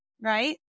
right